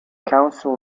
council